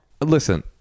Listen